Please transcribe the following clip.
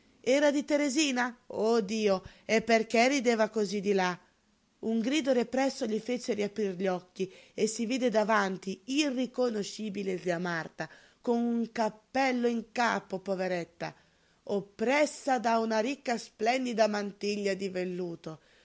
era di teresina oh dio e perché rideva cosí di là un grido represso gli fece riaprir gli occhi e si vide davanti irriconoscibile zia marta col cappello in capo poveretta oppressa da una ricca splendida mantiglia di velluto